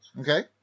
Okay